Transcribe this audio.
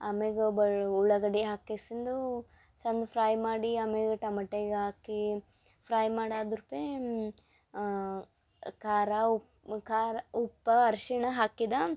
ಆಮ್ಯಾಲ ಬಳ್ ಉಳ್ಳಾಗಡ್ಡೆ ಹಾಕಿ ಕೆಸಿಂದು ಚಂದ ಫ್ರೈ ಮಾಡಿ ಆಮೇಲ ಟಮಟೇ ಹಾಕಿ ಫ್ರೈ ಮಾಡಾದುರ್ಪೇ ಖಾರ ಉಪ್ಪು ಖಾರ ಉಪ್ಪು ಅರಶಿಣ ಹಾಕಿದೆ